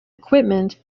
equipment